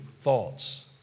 thoughts